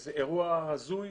שזה אירוע הזוי